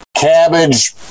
cabbage